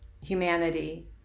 humanity